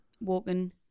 walking